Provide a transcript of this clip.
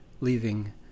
leaving